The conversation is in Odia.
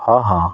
ହଁ ହଁ